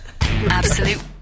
absolute